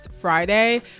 Friday